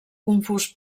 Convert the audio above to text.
confús